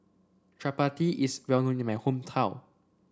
Chappati is well known in my hometown